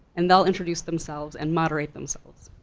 and they'll introduce themselves, and moderate themselves.